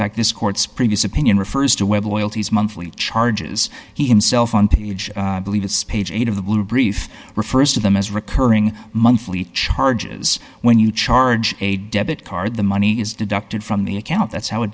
fact this court's previous opinion refers to whether loyalties monthly charges he himself on page believe it's page eight of the blue brief refers to them as recurring monthly charges when you charge a debit card the money is deducted from the account